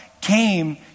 came